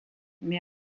mais